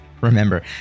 Remember